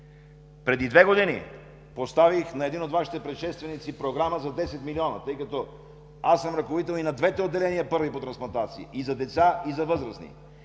Преди две години поставих на един от Вашите предшественици програма за 10 милиона, тъй като аз съм ръководител и на двете първи по трансплантации отделения: и за деца, и за възрастни.